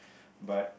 but